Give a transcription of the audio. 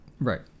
right